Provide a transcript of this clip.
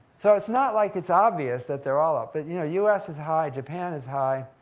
so it's not like it's obvious that they're all up, but, you know, us is high, japan is high.